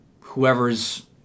whoever's